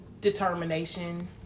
determination